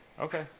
Okay